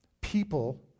people